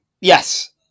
Yes